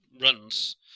runs